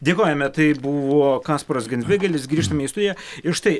dėkojame tai buvo kasparas genzbigelis grįžtame į studiją ir štai